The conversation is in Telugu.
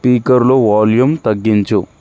స్పీకర్లో వాల్యూమ్ తగ్గించు